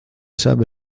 sabe